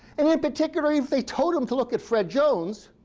and in particular, if they told him to look at fred jones,